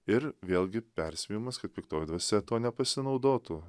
ir vėlgi perspėjimas kad piktoji dvasia tuo nepasinaudotų